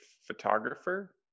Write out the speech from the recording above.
photographer